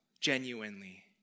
genuinely